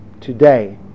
today